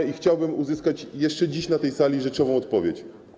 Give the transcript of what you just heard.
I chciałbym uzyskać jeszcze dziś na tej sali rzeczową odpowiedź.